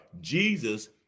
Jesus